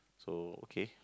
so okay